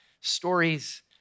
stories